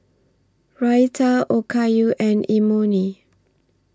Raita Okayu and Imoni